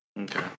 Okay